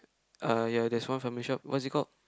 uh ya there's one family shop what is it called